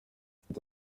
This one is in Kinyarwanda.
mfite